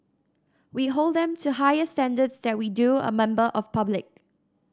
we hold them to higher standards than we do a member of public